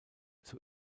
zur